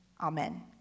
Amen